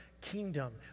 kingdom